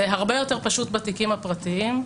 זה הרבה יותר פשוט בתיקים הפרטיים.